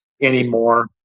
anymore